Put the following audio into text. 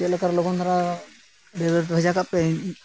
ᱪᱮᱫ ᱞᱮᱠᱟᱨᱮ ᱞᱚᱜᱚᱱ ᱫᱷᱟᱨᱟ ᱟᱹᱰᱤ ᱵᱷᱮᱡᱟ ᱠᱟᱜ ᱯᱮ